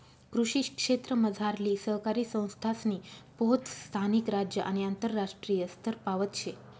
कृषी क्षेत्रमझारली सहकारी संस्थासनी पोहोच स्थानिक, राज्य आणि आंतरराष्ट्रीय स्तरपावत शे